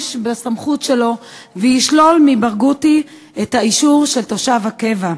בסמכות שלו וישלול מברגותי את האישור של תושב קבע.